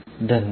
धन्यवाद